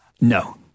No